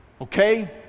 Okay